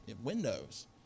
windows